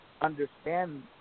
understand